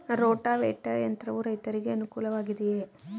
Rotavator ಯಂತ್ರವು ರೈತರಿಗೆ ಅನುಕೂಲ ವಾಗಿದೆಯೇ?